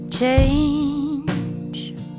change